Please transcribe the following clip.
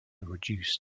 reduced